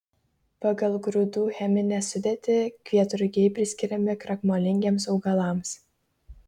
pagal grūdų cheminę sudėtį kvietrugiai priskiriami krakmolingiems augalams